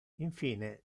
infine